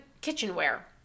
kitchenware